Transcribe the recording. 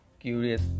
Curious